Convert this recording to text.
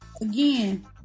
again